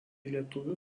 lietuvių